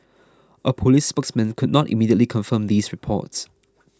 a police spokesman could not immediately confirm these reports